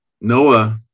Noah